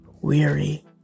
weary